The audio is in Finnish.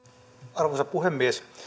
arvoisa puhemies